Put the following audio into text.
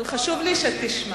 אבל חשוב לי שתשמע.